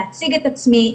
להציג את עצמי,